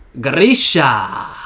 Grisha